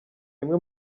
bimwe